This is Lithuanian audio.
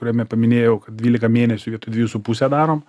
kuriame paminėjau kad dvylika mėnesių vietoj dviejų su puse darom